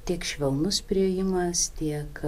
tiek švelnus priėjimas tiek